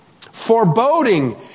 Foreboding